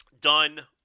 done